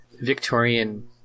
victorian